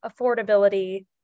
affordability